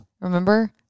Remember